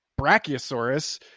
brachiosaurus